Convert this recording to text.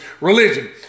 religion